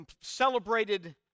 celebrated